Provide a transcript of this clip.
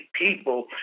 people